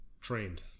Trained